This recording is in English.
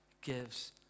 gives